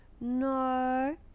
No